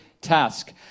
task